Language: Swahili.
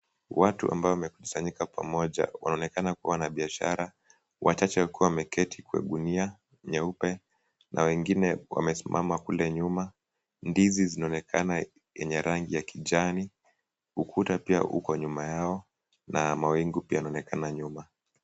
Watu ambao wamekusanyika pamoja wanaonekana kuwa na biashara wachache wakiwa wameketi kwa gunia nyeupe na wengine wamesimama kule nyuma. Ndizi zinaonekana yenye rangi ya kijani. Ukuta pia uko nyuma yao na mawingu pia yanaonekana nyuma.